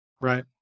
Right